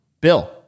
Bill